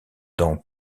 dans